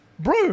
Bro